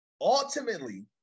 ultimately